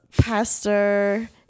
pastor